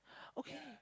okay